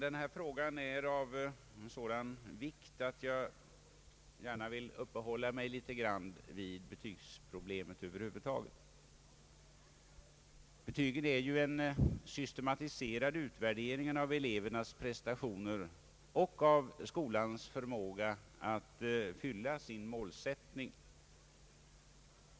Denna fråga är av sådan vikt att jag gärna vill uppehålla mig litet vid betygsproblemet över huvud taget. Betygen är den systematiserade utvärderingen av elevernas prestationer och av skolans förmåga att fylla sin målsättning.